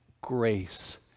grace